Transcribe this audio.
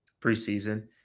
preseason